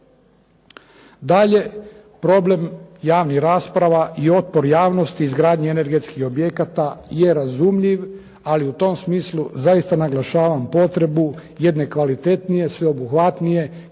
Dalje, problem javnih rasprava i otpor javnosti izgradnje energetskih objekata je razumljiv, ali u tom smislu zaista naglašavam potrebu jedne kvalitetnije, sveobuhvatnije,